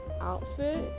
outfit